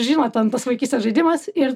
žinot ten tas vaikystės žaidimas ir